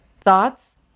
Thoughts